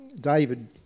David